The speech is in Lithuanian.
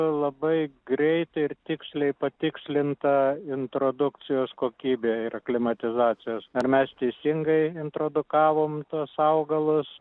labai greitai ir tiksliai patikslinta introdukcijos kokybė ir aklimatizacijos ar mes teisingai introdukavom tuos augalus